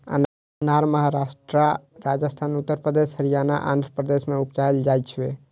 अनार महाराष्ट्र, राजस्थान, उत्तर प्रदेश, हरियाणा, आंध्र प्रदेश मे उपजाएल जाइ छै